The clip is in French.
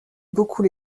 beaucoup